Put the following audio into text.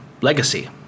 legacy